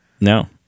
No